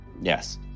Yes